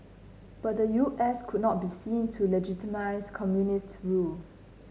but the U S could not be seen to legitimise communist rule